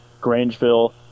Grangeville